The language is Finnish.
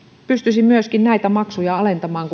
pystyisi myöskin näitä maksuja alentamaan